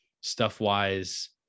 Stuff-wise